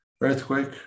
earthquake